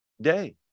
day